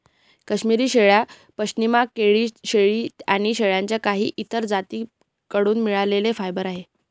काश्मिरी शेळ्या, पश्मीना शेळ्या आणि शेळ्यांच्या काही इतर जाती कडून मिळालेले फायबर आहे